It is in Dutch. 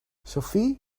sophie